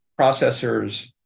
processors